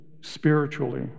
spiritually